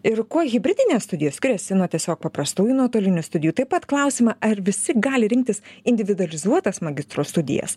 ir kuo hibridinės studijos skiriasi nuo tiesiog paprastųjų nuotolinių studijų taip pat klausimą ar visi gali rinktis individualizuotas magistro studijas